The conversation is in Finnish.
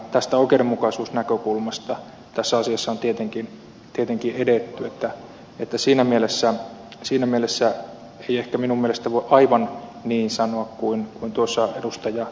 tästä oikeudenmukaisuusnäkökulmasta tässä asiassa on tietenkin edetty joten siinä mielessä minun mielestä ei ehkä voi aivan niin sanoa kuin tuossa ed